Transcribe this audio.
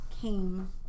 came